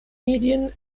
medien